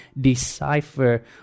decipher